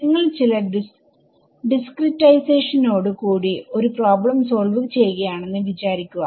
നിങ്ങൾ ചില ഡിസ്ക്രിടൈസേഷനോട് കൂടി ഒരു പ്രോബ്ലം സോൾവ് ചെയ്യുകയാണെന്ന് വിചാരിക്കുക